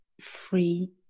free